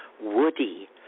woody